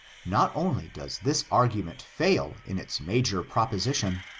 not only does this argument fail in its major proposition,